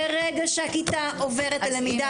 ברגע שהכיתה עוברת ללמידה בזום,